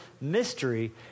mystery